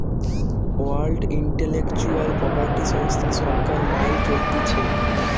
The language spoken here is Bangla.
ওয়ার্ল্ড ইন্টেলেকচুয়াল প্রপার্টি সংস্থা সরকার মাইল চলতিছে